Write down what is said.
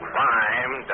Crime